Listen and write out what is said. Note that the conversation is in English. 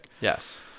Yes